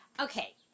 Okay